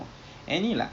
ya